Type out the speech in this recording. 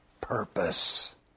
purpose